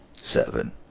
seven